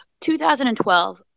2012